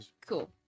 Cool